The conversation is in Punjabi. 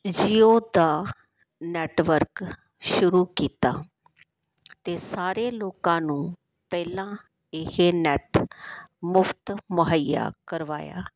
ਜੀਓ ਦਾ ਨੈੱਟਵਰਕ ਸ਼ੁਰੂ ਕੀਤਾ ਅਤੇ ਸਾਰੇ ਲੋਕਾਂ ਨੂੰ ਪਹਿਲਾਂ ਇਹ ਨੈੱਟ ਮੁਫ਼ਤ ਮੁਹੱਈਆ ਕਰਵਾਇਆ